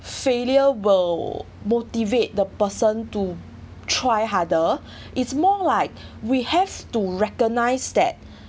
failure will motivate the person to try harder it's more like we have to recognise that